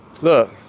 Look